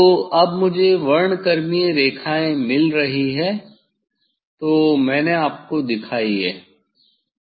तो अब मुझे वर्णक्रमीय रेखाएँ मिल रही हैं जो मैंने आपको दिखाईं